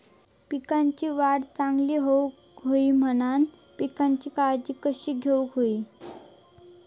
पिकाची वाढ चांगली होऊक होई म्हणान पिकाची काळजी कशी घेऊक होई?